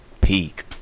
peak